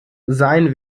sein